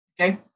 Okay